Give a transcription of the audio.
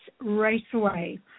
Raceway